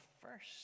first